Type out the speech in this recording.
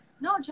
No